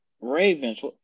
Ravens